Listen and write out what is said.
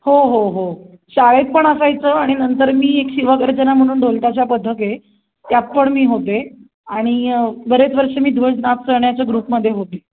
हो हो हो शाळेत पण असायचं आणि नंतर मी एक शिवगर्जना म्हणून ढोलताशा पथके त्यात पण मी होते आणि बरेच वर्ष मी ध्वज नाचण्याच्या ग्रुपमध्ये होते